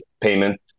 payment